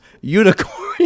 unicorn